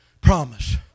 promise